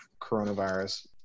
coronavirus